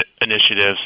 initiatives